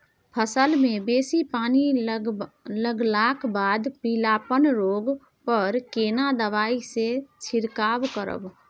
फसल मे बेसी पानी लागलाक बाद पीलापन रोग पर केना दबाई से छिरकाव करब?